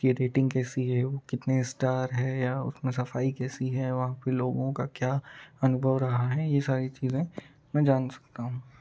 उसकी रेटिंग कैसी है वो कितने स्टार है या उस में सफ़ाई कैसी है वहाँ पर लोगों का क्या अनुभव रहा है ये सारी चीज़ें मैं जान सकता हूँ